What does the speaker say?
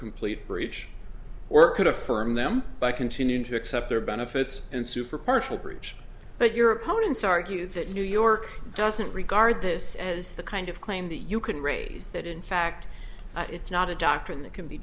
complete breach or could affirm them by continuing to accept their benefits and super partial bridge but your opponents argue that new york doesn't regard this as the kind of claim that you could raise that in fact it's not a doctrine that can be